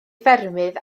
ffermydd